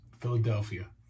Philadelphia